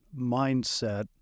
mindset